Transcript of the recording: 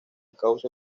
cauce